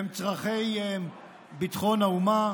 הם צורכי ביטחון האומה